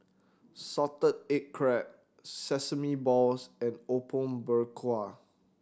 salted egg crab sesame balls and Apom Berkuah